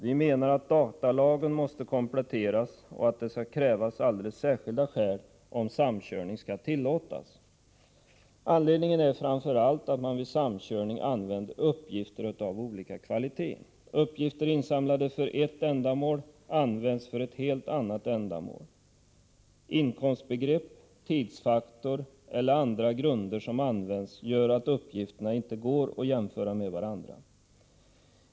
Vi menar att datalagen måste kompletteras och att det skall krävas särskilda skäl, om samkörning skall tillåtas. Anledningen är framför allt att man vid samkörning använder uppgifter av olika kvalitet. Uppgifter insamlade för ett ändamål används för ett helt annat ändamål. Inkomstbegrepp, tidsfaktor eller andra grunder som används gör att uppgifterna inte går att jämföra med varandra.